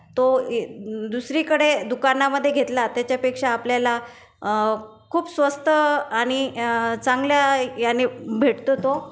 तो दुसरीकडे दुकानामधे घेतला त्याच्यापेक्षा आपल्याला खूप स्वस्त आणि चांगल्या याने भेटतो तो